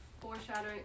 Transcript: foreshadowing